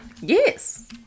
Yes